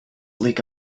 leak